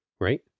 Right